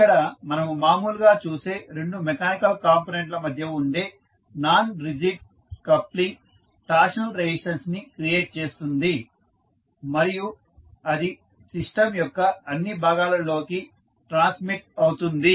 ఇక్కడ మనము మాములుగా చూసే రెండు మెకానికల్ కాంపొనెంట్ ల మధ్య ఉండే non rigid coupling torsional resistance ని క్రియేట్ చేస్తుంది మరియు అది సిస్టం యొక్క అన్ని భాగాలలోకి ట్రాన్స్మిట్ అవుతుంది